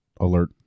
alert